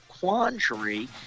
quandary